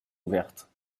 ouverte